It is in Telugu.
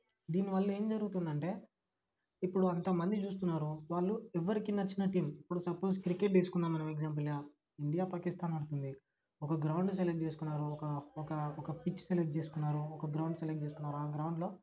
దీనివల్ల ఏం జరుగుతుందంటే ఇప్పుడు అంతమంది చూస్తున్నారు వాళ్ళు ఎవ్వరికి నచ్చినట్టు ఇప్పుడు సపోజ్ క్రికెట్ తీసుకుందాం మనం ఎగ్జాంపుల్గా ఇండియా పాకిస్తాన్ ఆడుతుంది ఒక గ్రౌండ్ సెలెక్ట్ చేసుకున్నారు ఒక ఒక పిచ్చి సెలెక్ట్ చేసుకున్నారు ఒక గ్రౌండ్ సెలెక్ట్ చేసుకున్నారు ఆ గ్రౌండ్లో